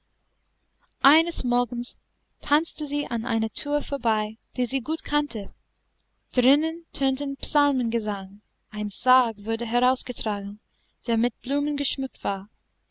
eines morgens tanzte sie an einer thür vorbei die sie gut kannte drinnen tönte psalmengesang ein sarg wurde herausgetragen der mit blumen geschmückt war